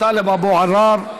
טלב אבו עראר.